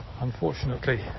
Unfortunately